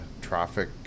traffic